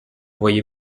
voyez